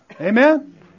Amen